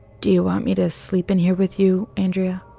do you want me to sleep in here with you andrea?